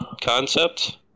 concept